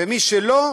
ומי שלא,